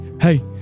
hey